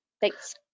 Thanks